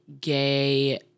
gay